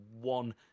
one